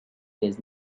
days